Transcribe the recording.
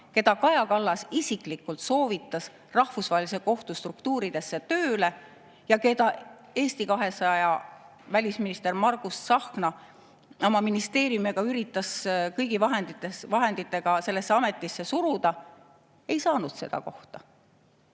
keda Kaja Kallas isiklikult soovitas Rahvusvahelise Kohtu struktuuridesse tööle ja keda välisminister Margus Tsahkna Eesti 200-st oma ministeeriumiga üritas kõigi vahenditega sellesse ametisse suruda, ei saanud seda kohta.